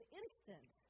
instant